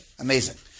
Amazing